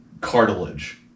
cartilage